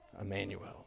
Emmanuel